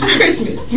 Christmas